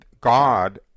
God